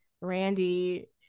Randy